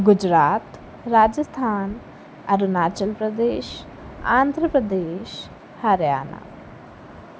Gujarat Rajasthan Arunachal Pradesh Andhra Pradesh Haryana